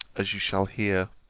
as you shall hear.